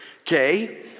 okay